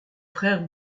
frères